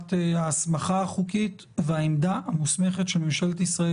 לשאלת ההסמכה החוקית והעמדה המוסמכת של ממשלת ישראל